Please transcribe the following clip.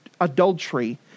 adultery